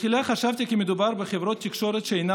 תחילה חשבתי כי מדובר בחברות תקשורת שהינן